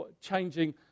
changing